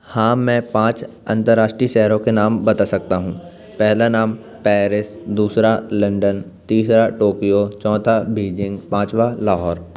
हाँ मैं पाँच अंतर्राष्ट्रीय शहरों के नाम बता सकता हूँ पहला नाम पेरिस दूसरा लंडन तीसरा टोक्यो चौथा बीजिंग पाँचवां लाहौर